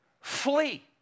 flee